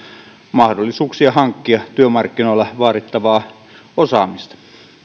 mahdollisuuksia hankkia työmarkkinoilla vaadittavaa osaamista